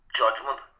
judgment